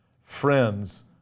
Friends